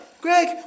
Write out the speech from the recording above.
Greg